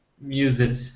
music